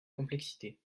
complexité